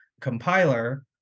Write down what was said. compiler